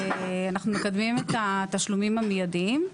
אנחנו מקדמים את התשלומים המיידיים.